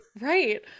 Right